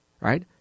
right